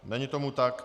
Není tomu tak.